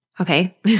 Okay